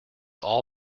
all